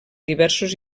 diversos